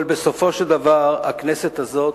אבל בסופו של דבר הכנסת הזאת,